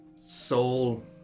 Soul